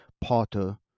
Potter